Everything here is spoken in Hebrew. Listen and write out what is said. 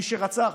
מי שרצח,